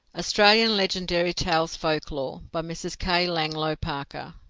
australian legendary tales folklore by mrs. k. langloh parker